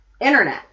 internet